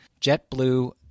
JetBlue